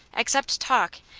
except talk,